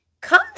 Come